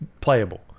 playable